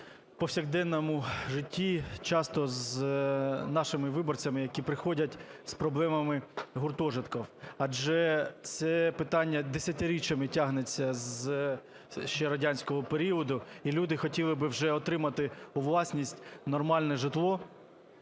повсякденному житті часто з нашими виборцями, які приходять з проблемами гуртожитків, адже це питання десятиріччями тягнеться з ще радянського періоду, і люди хотіли би вже отримати у власність нормальне житло